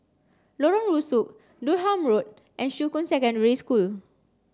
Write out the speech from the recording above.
Lorong Rusuk Durham Road and Shuqun Secondary School